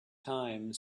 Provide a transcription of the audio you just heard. time